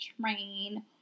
train